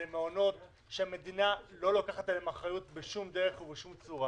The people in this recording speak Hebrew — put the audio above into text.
אלה מעונות שהמדינה לא לוקחת עליהם אחריות בשום דרך ובשום צורה